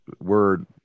word